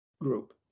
group